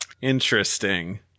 interesting